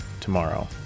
tomorrow